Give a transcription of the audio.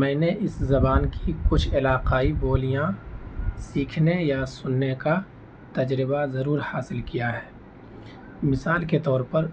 میں نے اس زبان کی کچھ علاقائی بولیاں سیکھنے یا سننے کا تجربہ ضرور حاصل کیا ہے مثال کے طور پر